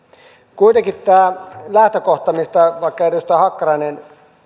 kuitenkin tämä lähtökohta mistä vaikka edustaja hakkarainen